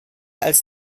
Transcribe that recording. als